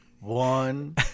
One